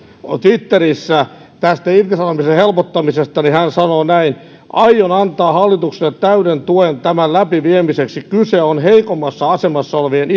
twitterissä tästä irtisanomisen helpottamisesta hän sanoo näin aion antaa hallitukselle täyden tuen tämän läpiviemiseksi kyse on heikommassa asemassa olevien